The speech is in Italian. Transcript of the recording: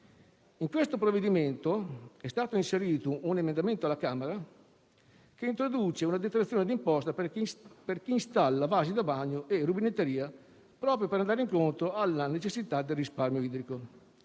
In questo provvedimento è stato inserito un emendamento alla Camera, che introduce una detrazione di imposta per chi installa vasi da bagno e rubinetteria, proprio per andare incontro alla necessità del risparmio idrico.